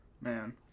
Man